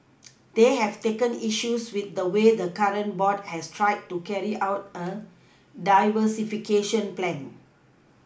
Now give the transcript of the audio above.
they have taken issues with the way the current board has tried to carry out a diversification plan